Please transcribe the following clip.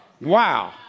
Wow